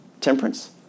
temperance